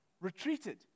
retreated